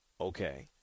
Okay